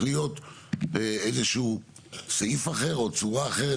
להיות איזה שהוא סעיף אחר או צורה אחרת,